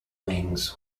wings